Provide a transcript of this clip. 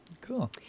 Cool